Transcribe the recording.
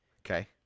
Okay